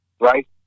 right